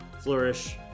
flourish